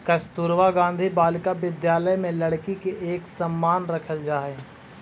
कस्तूरबा गांधी बालिका विद्यालय में लड़की के एक समान रखल जा हइ